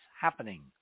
happening